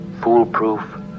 foolproof